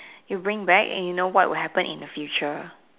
you bring back and you know what will happen in the future